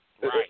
Right